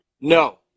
no